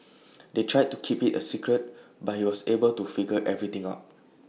they tried to keep IT A secret but he was able to figure everything out